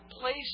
place